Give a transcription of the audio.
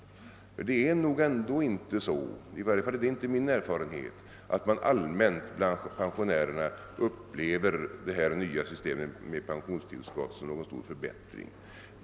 Det är nog ändå inte så — i varje fall är det inte min erfarenhet — att man allmänt bland pensionärerna upplever det nya systemet med pensionstillskott som någon stor förbättring.